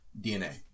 dna